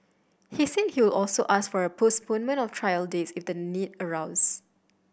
he said he would also ask for a postponement of trial dates if the need arose